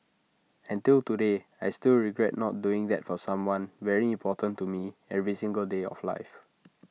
and till today I still regret not doing that for someone very important to me every single day of life